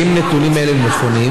1. האם נתונים אלה נכונים?